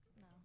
No